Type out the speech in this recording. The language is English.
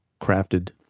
crafted